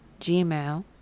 gmail